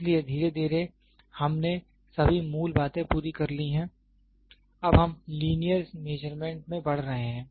इसलिए धीरे धीरे हमने सभी मूल बातें पूरी कर ली हैं अब हम लिनियर मेजरमेंट में बढ़ रहे हैं